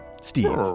Steve